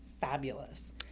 fabulous